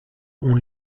ont